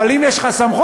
אבל אם יש לך סמכות,